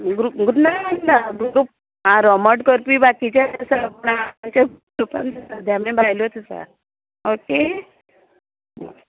ग्रू गुड नाड ना ग्रूप आह रमट करपी बाकिचे आसा पूण सद्या आमीं बायलोच आसा ओके हां